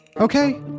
okay